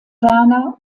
werner